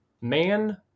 man